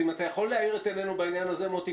אתה יכול להאיר את עינינו בעניין הזה, מוטי?